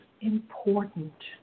important